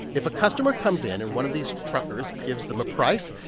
if a customer comes in and one of these truckers gives them a price,